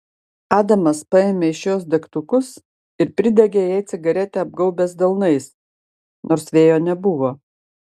adamas paėmė iš jos degtukus ir pridegė jai cigaretę apgaubęs delnais nors vėjo nebuvo